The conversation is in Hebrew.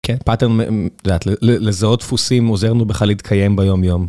כן pattern לזהות דפוסים עוזר לנו בכלל להתקיים ביומיום.